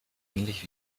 ähnlich